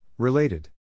Related